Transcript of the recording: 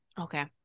Okay